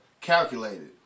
calculated